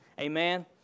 Amen